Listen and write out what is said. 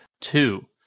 Two